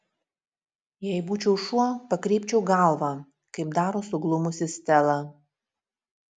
jei būčiau šuo pakreipčiau galvą kaip daro suglumusi stela